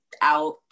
out